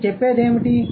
అది చెప్పేదేమిటి